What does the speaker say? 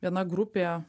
viena grupė